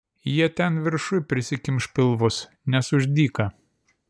jie ten viršuj prisikimš pilvus nes už dyka